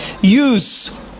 use